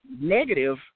negative